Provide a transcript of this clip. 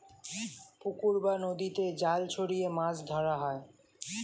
পুকুর বা নদীতে জাল ছড়িয়ে মাছ ধরা হয়